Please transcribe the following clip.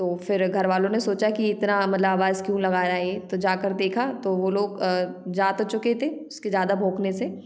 तो फिर घरवालों ने सोचा कि इतना मतलब आवाज क्यों लगा रहा है ये तो जाकर देखा तो वो लोग अ जा तो चुके थे उसके ज्यादा भौंकने से